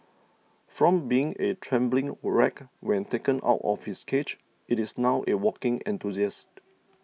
from being a trembling wreck when taken out of its cage it is now a walking enthusiast